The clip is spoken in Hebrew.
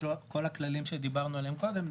וכל הכללים שדיברנו עליהם קודם,